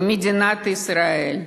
במדינת ישראל,